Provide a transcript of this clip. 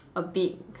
a big